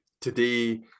today